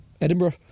Edinburgh